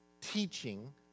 teaching